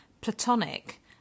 Platonic